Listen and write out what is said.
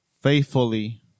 faithfully